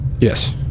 yes